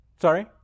Sorry